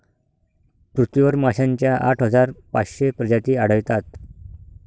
पृथ्वीवर माशांच्या आठ हजार पाचशे प्रजाती आढळतात